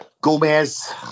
Gomez